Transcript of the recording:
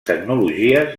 tecnologies